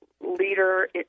leader